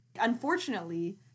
unfortunately